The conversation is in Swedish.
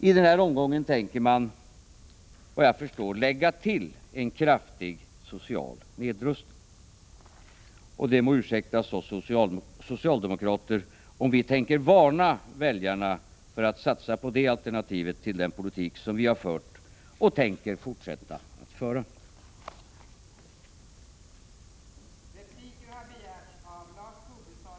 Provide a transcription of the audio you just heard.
I den här omgången tänker ni, såvitt jag förstår, lägga till en kraftig social nedrustning. Det må ursäktas oss socialdemokrater om vi tänker varna väljarna för att satsa på det alternativet till den politik som vi har fört och tänker fortsätta att föra.